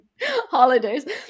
holidays